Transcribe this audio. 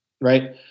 Right